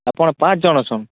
ଆପଣ ପାଞ୍ଚ୍ ଜଣ୍ ଅଛନ୍